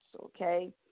okay